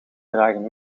dragen